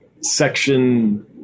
section